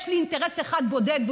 הוא